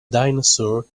dinosaur